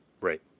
Right